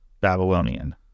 Babylonian